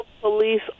Police